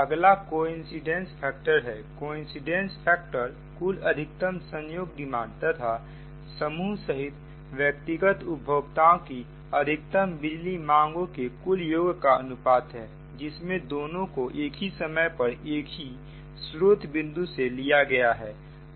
अगला coincidence factor है coincidence factor कुल अधिकतम संयोग डिमांड तथा समूह सहित व्यक्तिगत उपभोक्ताओं की अधिकतम बिजली मांगों के कुल योग का अनुपात है जिसमें दोनों को एक ही समय पर एक ही स्रोत बिंदु से लिया गया है